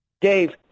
Dave